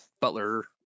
butler